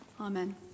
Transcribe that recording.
Amen